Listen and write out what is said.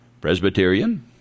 Presbyterian